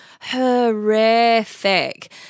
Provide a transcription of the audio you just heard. horrific